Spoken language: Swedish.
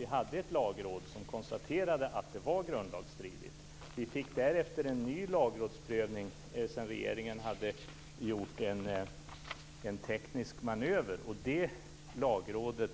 Vi hade ju ett lagråd som konstaterade att detta var grundlagsstridigt. Vi fick därefter en ny lagrådsprövning, sedan regeringen hade gjort en teknisk manöver, och det lagrådet